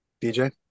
dj